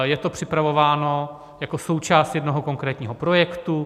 Je to připravováno jako součást jednoho konkrétního projektu.